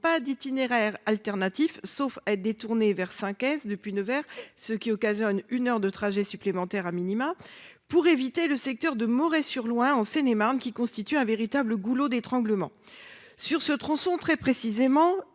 pas d'itinéraire alternatif sauf être détourné vers 5S. Depuis 9h, ce qui occasionne une heure de trajet supplémentaires à minima pour éviter le secteur de Moret-sur-Loing, en Seine-et-Marne, qui constitue un véritable goulot d'étranglement sur ce tronçon très précisément